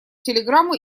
телеграмму